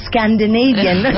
Scandinavian